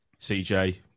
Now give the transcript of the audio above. CJ